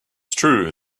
true